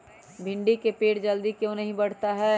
भिंडी का पेड़ जल्दी क्यों नहीं बढ़ता हैं?